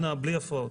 אנא, בלי הפרעות.